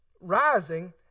rising